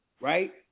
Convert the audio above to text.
right